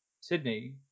Sydney